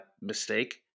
mistake